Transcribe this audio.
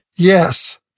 Yes